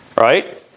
Right